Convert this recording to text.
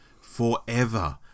forever